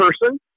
person